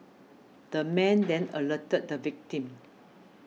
the man then alerted the victim